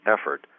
effort